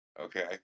Okay